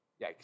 Yikes